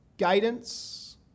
Guidance